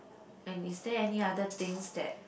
and is there any other things that